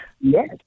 Yes